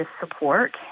support